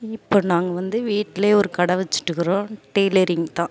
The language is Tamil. இப்போ நாங்கள் வந்து வீட்லையே ஒரு கடை வச்சுட்டுக்குறோம் டெய்லரிங் தான்